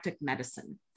medicine